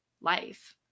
life